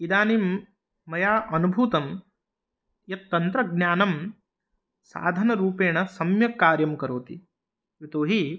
इदानीं मया अनुभूतं यत् तन्त्रज्ञानं साधनरूपेण सम्यक् कार्यं करोति यतो हि